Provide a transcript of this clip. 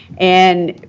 and,